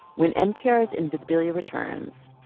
when npr's invisibilia returns,